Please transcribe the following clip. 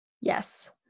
Yes